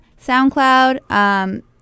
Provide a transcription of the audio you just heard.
SoundCloud